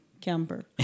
camper